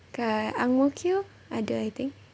kat ang mo kio ada I think